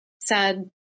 sad